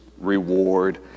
reward